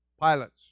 pilots